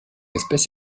espèce